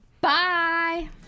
bye